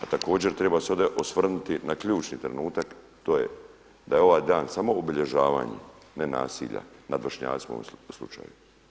A također se treba ovdje osvrnuti na ključni trenutak, to je da je ovaj dan samo obilježavanje nenasilja nad vršnjacima u ovom slučaju.